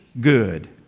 good